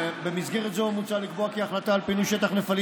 במסגרת זו מוצע לקבוע כי החלטה על פינוי שטח נפלים